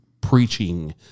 preaching